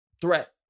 threat